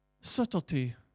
subtlety